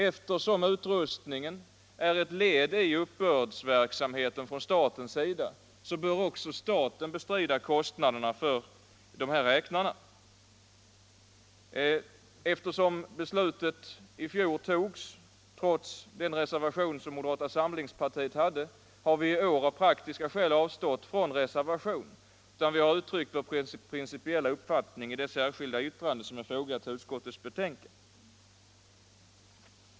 Eftersom utrustningen är ett led i uppbördsverksamheten från statens sida bör också staten bestrida kostnaderna för dessa räknare. Beslutet togs i fjol trots den reservation som moderata samlingspartiet hade anfört. I år har vi av praktiska skäl avstått från reservation, men vi har uttryckt vår principiella uppfattning i det särskilda yttrande som är fogat till utskottets betänkande.